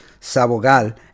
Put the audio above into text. Sabogal